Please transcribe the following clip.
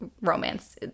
Romance